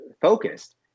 focused